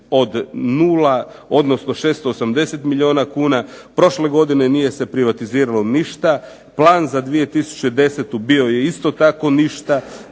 od 0, odnosno 680 tisuća kuna, prošle godine nije se privatiziralo ništa, plan za 2010. bio je isto tako ništa.